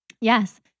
Yes